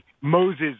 Moses